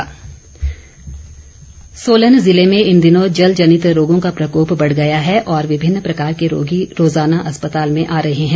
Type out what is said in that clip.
जलजनित रोग सोलन जिले में इन दिनों जलजनित रोग का प्रकोप बढ़ गया है और विभिन्न प्रकार के रोगी रोजाना अस्पताल में आ रहे हैं